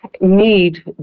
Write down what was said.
need